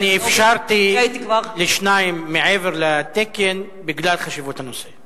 אני אפשרתי לשניים מעבר לתקן בגלל חשיבות הנושא.